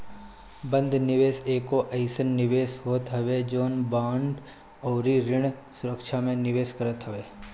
बंध निवेश एगो अइसन निवेश होत हवे जवन बांड अउरी ऋण सुरक्षा में निवेश करत हवे